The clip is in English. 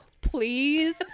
please